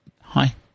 hi